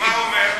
מה הוא אומר?